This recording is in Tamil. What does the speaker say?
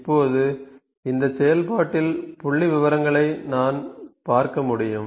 இப்போது இந்த செயல்பாட்டில் புள்ளிவிவரங்களை நான் பார்க்க முடியும்